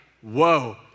whoa